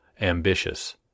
ambitious